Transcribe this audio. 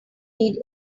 need